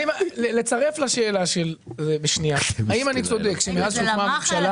אני אצרף לשאלה: האם אני צודק שמאז שהוקמה הממשלה